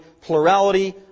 plurality